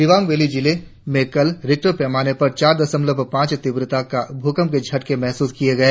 Dibang valley जिले में कल रिक्टर पैमाने पर चार दशमलव पांच तिब्रता का भूकंप की झटके महसूस किए गए